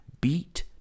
beat